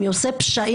מי עושה פשעים,